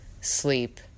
sleep